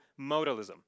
modalism